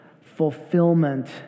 fulfillment